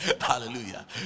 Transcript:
Hallelujah